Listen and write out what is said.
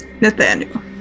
Nathaniel